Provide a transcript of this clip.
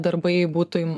darbai būtų